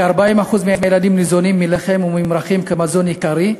כ-40% מהילדים ניזונים מלחם וממרחים כמזון עיקרי.